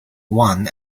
one